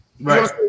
Right